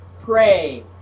pray